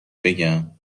بگم